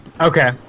Okay